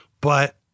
but-